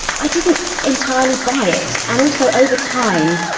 i didn't entirely buy it, and also over time,